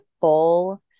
full